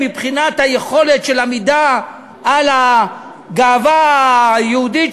מבחינת היכולת של עמידה על הגאווה היהודית